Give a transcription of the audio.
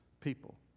people